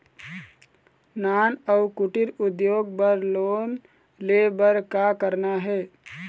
नान अउ कुटीर उद्योग बर लोन ले बर का करना हे?